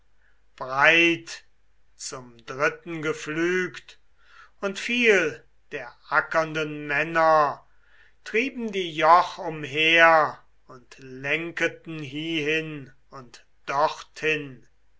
breit zum dritten gepflügt und viel der ackernden männer trieben die joch umher und lenketen hiehin und dorthin